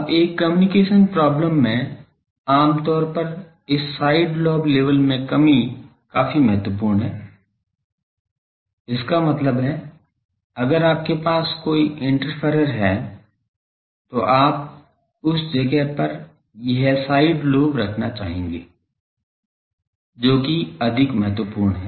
अब एक communication problem में आम तौर पर इस साइड लोब लेवल में कमी काफी महत्वपूर्ण है इसका मतलब है अगर आपके पास कोई इंटरफेरर है तो आप उस जगह पर एक साइड लोब रखना चाहते हैं जो कि अधिक महत्वपूर्ण है